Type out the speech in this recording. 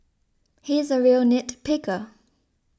he is a real nit picker